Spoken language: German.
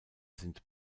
sind